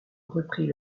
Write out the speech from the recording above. reprit